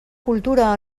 cultura